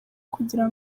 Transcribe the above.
kugira